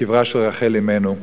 מקברה של רחל אמנו.